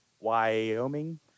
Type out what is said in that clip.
Wyoming